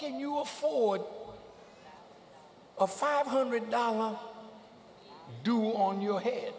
can you afford a five hundred dollars due on your head